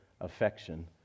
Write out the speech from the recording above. affection